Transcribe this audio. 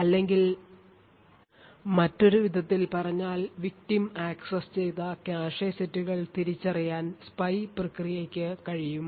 അല്ലെങ്കിൽ മറ്റൊരു വിധത്തിൽ പറഞ്ഞാൽ victim ആക്സസ് ചെയ്ത കാഷെ സെറ്റുകൾ തിരിച്ചറിയാൻ spy പ്രക്രിയയ്ക്ക് കഴിയും